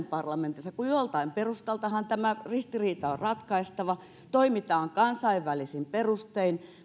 parlamentissa kun joltain perustaltahan tämä ristiriita on ratkaistava ja toimitaan kansainvälisin perustein